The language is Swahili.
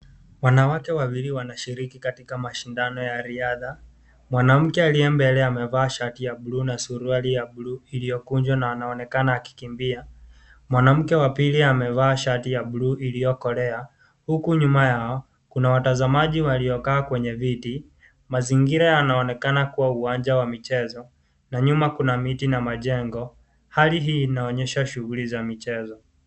Wanawake wawili wanashiriki katika mashindano ya riadha. Mwanamke aliye mbele amevaa shati ya bluu na suruali ya bluu iliyokunjwa na anaonekana akikimbia. Mwanamke wa pili amevaa shati ya bluu iliyokolea. Huku nyuma yao kuna watazamaji waliokaa kwenye viti. Mazingira yanaonekana kuwa uwanja wa michezo, na nyuma kuna miti na majengo. Hali inaonyesha shughuli za michezo.